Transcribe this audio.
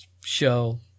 show